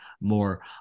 more